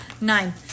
Nine